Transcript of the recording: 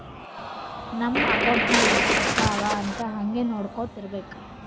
ನಮ್ ಅಕೌಂಟ್ ನಾಗ್ ಎಸ್ಟ್ ರೊಕ್ಕಾ ಅವಾ ಅಂತ್ ಹಂಗೆ ನೊಡ್ಕೊತಾ ಇರ್ಬೇಕ